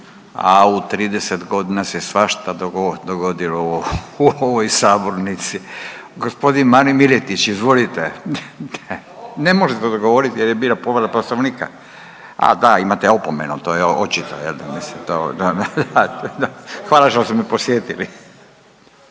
A u 30 godina se svašta dogodilo u ovoj sabornici. G. Marin Miletić, izvolite. Ne možete odgovoriti jer je bila povreda Poslovnika, a da imate opomenu, al to je očito jel da, mislim